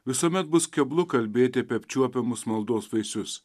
visuomet bus keblu kalbėti apie apčiuopiamus maldos vaisius